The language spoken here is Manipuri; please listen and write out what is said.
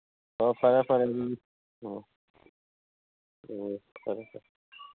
ꯑꯣ ꯐꯔꯦ ꯐꯔꯦ ꯎꯝ ꯑꯣ ꯎꯝ ꯊꯝꯃꯦ ꯊꯝꯃꯦ